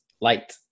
light